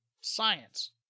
science